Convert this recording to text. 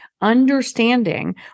understanding